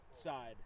side